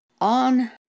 on